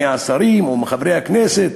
מהשרים או מחברי הכנסת,